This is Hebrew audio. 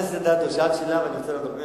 חברת הכנסת אדטו, שאלת שאלה ואני רוצה לענות.